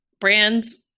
brands